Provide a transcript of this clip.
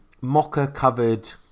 mocha-covered